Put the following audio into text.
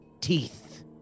Teeth